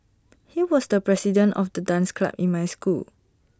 he was the president of the dance club in my school